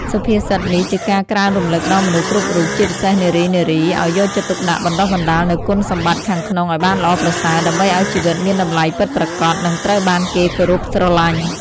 សុភាសិតនេះជាការក្រើនរំលឹកដល់មនុស្សគ្រប់រូប ជាពិសេសនារីៗ ឱ្យយកចិត្តទុកដាក់បណ្តុះបណ្តាលនូវគុណសម្បត្តិខាងក្នុងឱ្យបានល្អប្រសើរ ដើម្បីឱ្យជីវិតមានតម្លៃពិតប្រាកដ និងត្រូវបានគេគោរពស្រលាញ់។